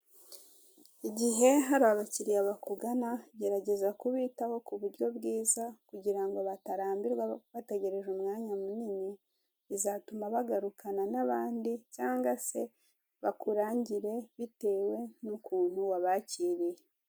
Igihe hari abakiriya bakugana, gerageza kubitaho kuburyo bwiza kugirango batarambirwa bategereje umwanya munini bizatuma bagarukana n'abandi cyangwa se bakurangire bitewe nukuntu wabakiriye.